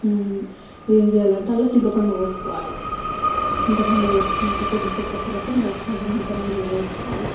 ఏం చెయ్యాలంటే అందులో చింతపండు పోసుకోవాలి చింతపండు పోసుకున్నాకా కొద్దిసేపటి తరవాత మళ్ళీ తగినంత నీళ్ళు పోసుకోవాలి